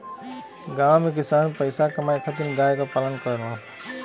गांव में किसान पईसा कमाए खातिर गाय क पालन करेलन